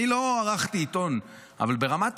אני לא ערכתי עיתון, אבל ברמת